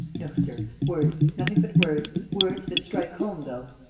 no, sir! words, nothing but words. words that strike home, though.